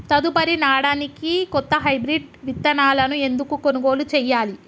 తదుపరి నాడనికి కొత్త హైబ్రిడ్ విత్తనాలను ఎందుకు కొనుగోలు చెయ్యాలి?